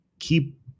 Keep